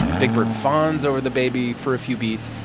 ah big bird fawns over the baby for a few beats.